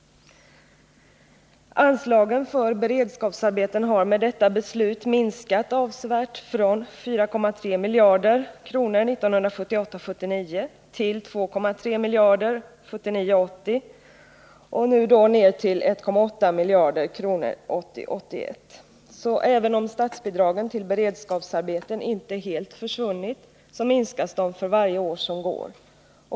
Anslagen för beredskapsarbeten har med detta beslut minskat avsevärt — från 4,3 miljarder kronor 1978 80 och nu ned till 1,8 miljarder kronor för budgetåret 1980/81. Så även om statsbidragen till beredskapsarbeten inte helt försvunnit, minskas de för varje år som går.